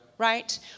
Right